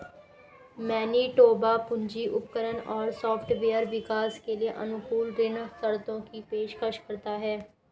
Manitoba पूंजी उपकरण और सॉफ्टवेयर विकास के लिए अनुकूल ऋण शर्तों की पेशकश करता है